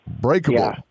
breakable